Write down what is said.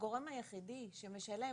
והגורם היחידי שמשלם